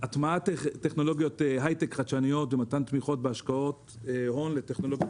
הטמעת טכנולוגיות הייטק חדשניות ומתן תמיכות בהשקעות הון לטכנולוגיות